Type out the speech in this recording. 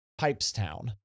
Pipestown